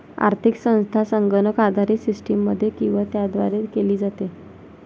आर्थिक संस्था संगणक आधारित सिस्टममध्ये किंवा त्याद्वारे केली जाते